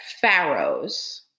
pharaohs